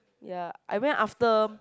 ya I went after